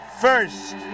first